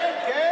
כן.